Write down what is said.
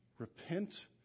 repent